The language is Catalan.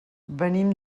venim